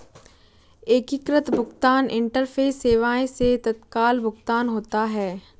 एकीकृत भुगतान इंटरफेस सेवाएं से तत्काल भुगतान होता है